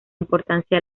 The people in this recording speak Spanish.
importancia